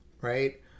right